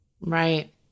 Right